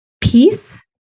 Peace